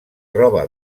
roba